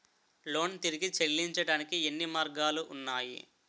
Loan తిరిగి చెల్లించటానికి ఎన్ని మార్గాలు ఉన్నాయి?